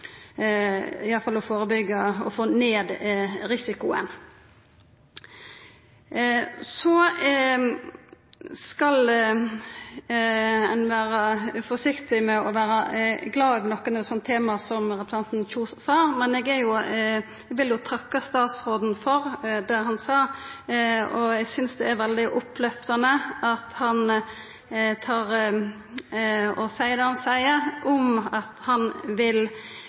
alle fall å få ned risikoen. Så skal ein vera forsiktig med å vera glad når det er snakk om eit sånt tema, som representanten Kjønaas Kjos sa. Men eg vil takka statsråden for det han sa. Eg synest det er veldig oppløftande at han seier det han seier, om at han, om mogleg frå 2015, vil